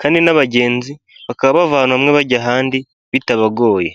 kandi n'abagenzi bakaba bava ahantu hamwe bajya ahandi bitabagoye.